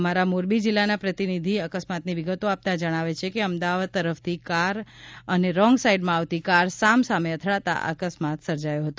અમારા મોરબી જિલ્લાના પ્રતિનિધિ અકસ્માતની વિગતો આપતા જણાવે છે કે અમદાવાદ તરફ જતી કાર અને રોંગ સાઇડમાં આવતી કાર સામસામે અથડાતાં આ અકસ્માત સર્જાયો હતો